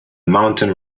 mountain